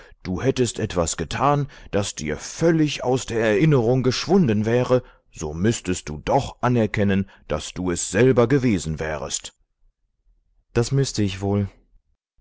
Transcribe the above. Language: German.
du hättest irgend etwas getan das dir völlig aus der erinnerung geschwunden wäre so müßtest du doch anerkennen daß du es selber gewesen wärest das müßte ich wohl